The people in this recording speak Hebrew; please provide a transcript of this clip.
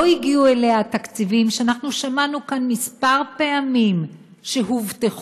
לא הגיעו אליה התקציבים שאנחנו שמענו כאן כמה פעמים שהובטחו.